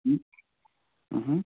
अँ